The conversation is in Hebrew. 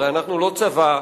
הרי אנחנו לא צבא,